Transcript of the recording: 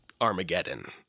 Armageddon